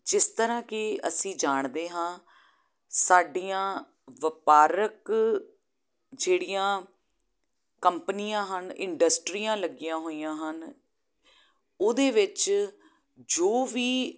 ਜਿਸ ਤਰ੍ਹਾਂ ਕਿ ਅਸੀਂ ਜਾਣਦੇ ਹਾਂ ਸਾਡੀਆਂ ਵਪਾਰਕ ਜਿਹੜੀਆਂ ਕੰਪਨੀਆਂ ਹਨ ਇੰਡਸਟਰੀਆਂ ਲੱਗੀਆਂ ਹੋਈਆਂ ਹਨ ਉਹਦੇ ਵਿੱਚ ਜੋ ਵੀ